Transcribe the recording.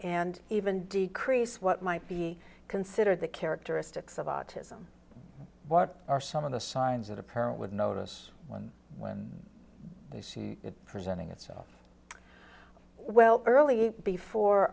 and even decrease what might be considered the characteristics of autism what are some of the signs that a parent would notice one when they see it presenting itself well early before